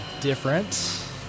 different